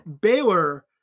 Baylor